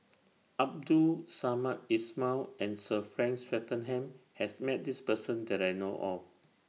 Abdul Samad Ismail and Sir Frank Swettenham has Met This Person that I know of